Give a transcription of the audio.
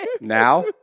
Now